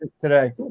today